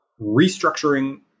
restructuring